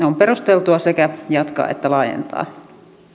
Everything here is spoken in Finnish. on perusteltua sekä jatkaa että laajentaa